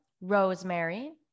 rosemary